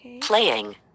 playing